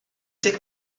deg